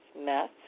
meth